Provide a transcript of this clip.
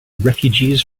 refugees